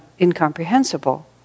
incomprehensible